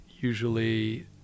usually